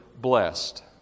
blessed